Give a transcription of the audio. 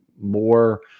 more